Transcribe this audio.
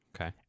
Okay